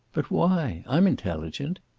but why? i'm intelligent.